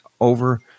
over –